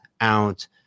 out